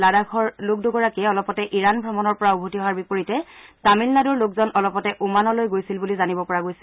লাডাখৰ লোক দুগৰাকীয়ে অলপতে ইৰাণ ভ্ৰমণৰ পৰা উভতি অহাৰ বিপৰীতে তামিলনাডুৰ লোকজন অলপতে ওমানলৈ গৈছিল বুলি জানিব পৰা গৈছে